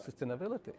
sustainability